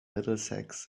middlesex